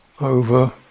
over